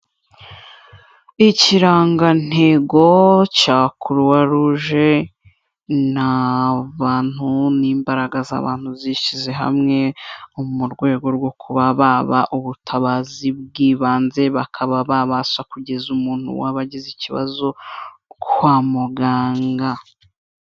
Ikirangantego cya Croix Rouge ni abantu, ni imbaraga z'abantu zishyize hamwe mu rwego rwo kuba baba ubutabazi bw'ibanze, bakaba babasha kugeza umuntu waba agize ikibazo kwa muganga.